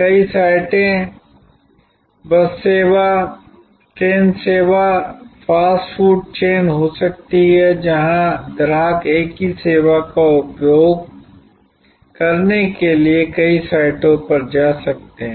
कई साइटें बस सेवा ट्रेन सेवा फास्ट फूड चेन हो सकती हैं जहां ग्राहक एक ही सेवा का उपभोग करने के लिए कई साइटों पर जा सकते हैं